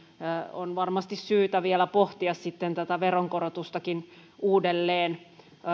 on varmasti syytä vielä pohtia sitten tätä veronkorotustakin uudelleen